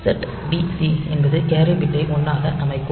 set b c என்பது carry பிட்டை 1 ஆக அமைக்கும்